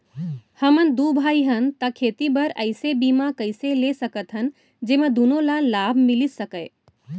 हमन दू भाई हन ता खेती बर ऐसे बीमा कइसे ले सकत हन जेमा दूनो ला लाभ मिलिस सकए?